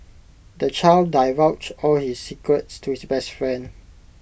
the child divulged all his secrets to his best friend